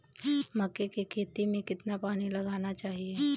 मक्के की खेती में कितना पानी लगाना चाहिए?